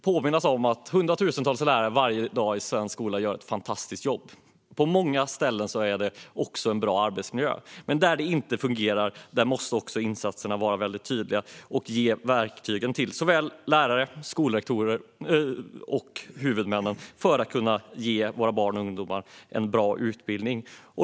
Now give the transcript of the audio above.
Varje dag gör tusentals lärare ett fantastiskt jobb, och på många ställen är arbetsmiljön bra. Men där det inte fungerar måste insatserna vara tydliga och ge verktyg till lärare, skolrektorer och huvudmän så att de kan ge våra barn och ungdomar en bra utbildning.